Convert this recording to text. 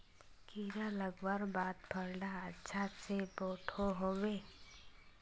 कीड़ा लगवार बाद फल डा अच्छा से बोठो होबे?